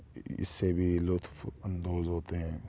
اس سے بھی لطف اندوز ہوتے ہیں